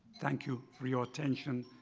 thank you for your attention.